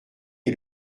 est